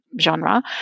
genre